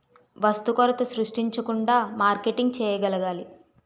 వస్తు కొరత సృష్టించకుండా మార్కెటింగ్ చేయగలగాలి